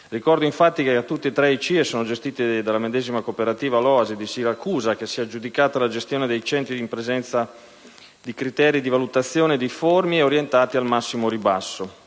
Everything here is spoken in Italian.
Ricordo, infatti, che tutti e tre i CIE sono gestiti dalla medesima cooperativa, "L'Oasi" di Siracusa, che si è aggiudicata la gestione dei centri in presenza di criteri di valutazione difformi e orientati al massimo ribasso.